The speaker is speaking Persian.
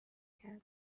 کردم